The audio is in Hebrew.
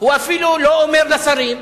הוא אפילו לא אומר לשרים,